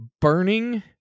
burning